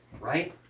right